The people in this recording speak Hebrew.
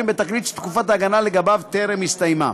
בתקליט שתקופת ההגנה לגביו טרם הסתיימה.